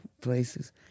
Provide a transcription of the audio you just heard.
places